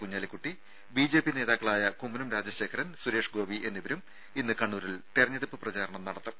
Kunhalikutty BJP നേതാക്കളായ കുമ്മനം രാജശേഖരൻ സുരേഷ് ഗോപി എന്നിവരും ഇന്ന് കണ്ണൂരിൽ തെരഞ്ഞെടുപ്പ് പ്രചാരണം നടത്തും